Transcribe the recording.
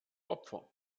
opfer